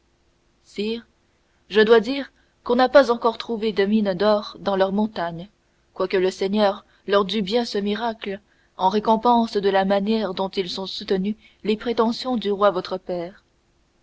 sire je dois dire qu'on n'a pas encore trouvé des mines d'or dans leurs montagnes quoique le seigneur dût bien ce miracle en récompense de la manière dont ils ont soutenu les prétentions du roi votre père